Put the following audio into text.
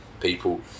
People